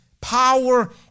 power